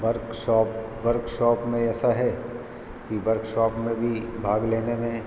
workshop workshop में ऐसा है कि वर्कशॉप में भी भाग लेने में